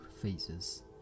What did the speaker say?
phases